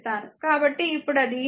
కాబట్టి ఇప్పుడు అది i 1 i2 i 3